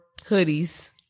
hoodies